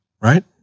Right